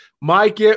Mike